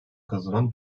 kazanan